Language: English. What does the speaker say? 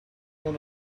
one